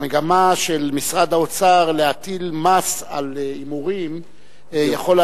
המגמה של משרד האוצר להטיל מס על הימורים יכולה